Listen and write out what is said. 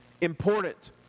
important